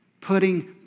putting